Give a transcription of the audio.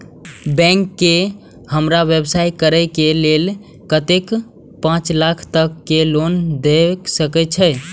Bank का हमरा व्यवसाय करें के लेल कतेक पाँच लाख तक के लोन दाय सके छे?